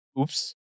Oops